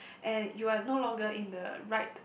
and you're no longer in the right